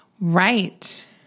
Right